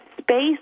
space